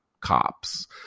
cops